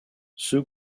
ceux